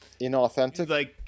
inauthentic